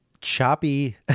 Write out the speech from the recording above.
choppy